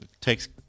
takes